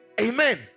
Amen